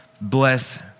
bless